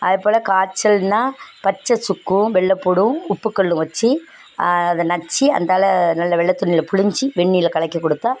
அதுப்போல காய்ச்சல்னால் பச்சை சுக்கும் வெள்ளை பூண்டும் உப்புக்கல்லும் வச்சு அதை நச்சு அந்தாலே நல்ல வெள்ளை துணியில் புழிஞ்சு வெந்நீர்ல கலக்கி கொடுத்தா